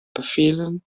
befehlen